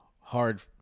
hard